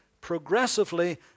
progressively